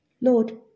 Lord